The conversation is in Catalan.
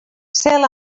cel